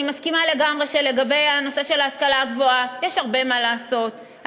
אני מסכימה לגמרי שלגבי הנושא של ההשכלה הגבוהה יש הרבה מה לעשות.